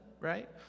right